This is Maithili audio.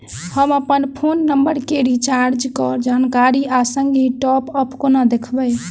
हम अप्पन फोन नम्बर केँ रिचार्जक जानकारी आ संगहि टॉप अप कोना देखबै?